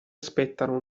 aspettano